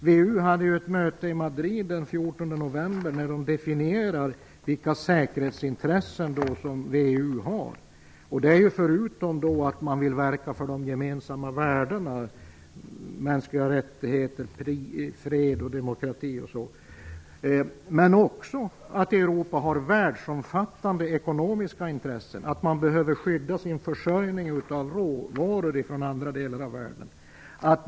VEU hade ett möte i Madrid den 14 november där man definierade vilka säkerhetsintressen som VEU har. Det är förutom att man vill verka för de gemensamma värdena mänskliga rättigheter, fred och demokrati också att Europa har världsomfattande ekonomiska intressen. Man behöver skydda sin försörjning av råvaror från andra delar av världen.